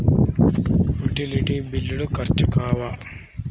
Utility బిల్లులు ఖర్చు కావా?